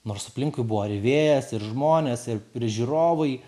nors aplinkui buvo ir vėjas ir žmonės ir ir žiūrovai